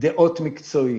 דעות מקצועיות,